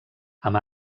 amb